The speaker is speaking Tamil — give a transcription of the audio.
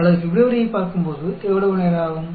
அல்லது பிப்ரவரியைப் பார்க்கும்போது எவ்வளவு நேரம் ஆகும்